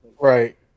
Right